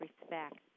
respect